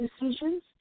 decisions